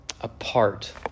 apart